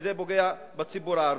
כי זה פוגע בציבור הערבי.